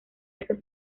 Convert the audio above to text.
esos